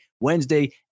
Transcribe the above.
Wednesday